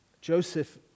joseph